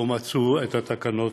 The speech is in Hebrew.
לא מצאו את התקנות,